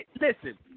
Listen